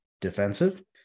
defensive